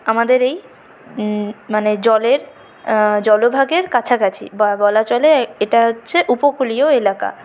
আমাদের এই মানে জলের জলভাগের কাছাকাছি বা বলা চলে এটা হচ্ছে উপকূলীয় এলাকা